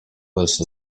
west